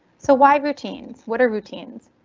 so why routines? what're routines?